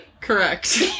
Correct